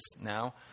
now